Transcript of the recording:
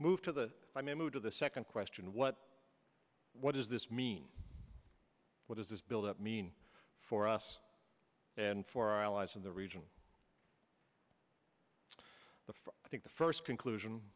move to the i mean move to the second question what what does this mean what does this bill that mean for us and for our allies in the region the for i think the first conclusion